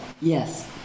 Yes